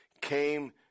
came